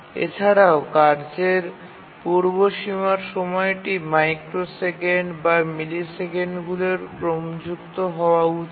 এছাড়াও কার্যের পূর্বসীমার সময়টি মাইক্রোসেকেন্ড বা মিলিসেকেন্ডগুলির ক্রমযুক্ত হওয়া উচিত